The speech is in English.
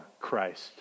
Christ